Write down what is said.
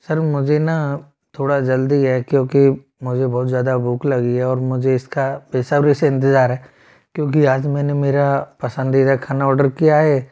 sir मुझे ना थोड़ा जल्दी है क्योंकि मुझे बहुत जादा भूख लगी है और मुझे इसका बेसब्री से इंतजार है क्योंकि आज मैंने मेरा पसंदीदा खाना ऑर्डर किया है